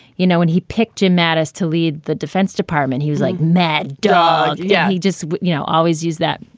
you know, when he picked him, mattis, to lead the defense department, he was like mad dog. yeah. he just, you know, always use that.